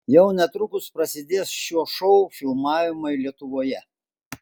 jau netrukus prasidės šio šou filmavimai lietuvoje